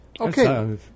Okay